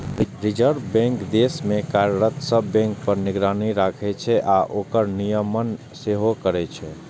reserve bank देश मे कार्यरत सब बैंक पर निगरानी राखै छै आ ओकर नियमन सेहो करै छै